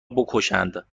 بکشند